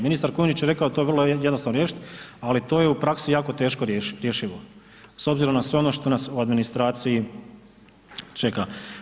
Ministar Kujundžić je rekao da je to vrlo jednostavno riješiti, ali to je u praksi jako teško rješivo s obzirom na sve ono što nas u administraciji čeka.